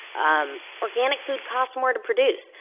um organic food costs more to produce,